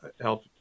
help